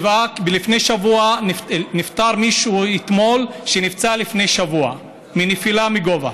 אתמול נפטר מישהו שנפצע לפני שבוע מנפילה מגובה.